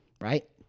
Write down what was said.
right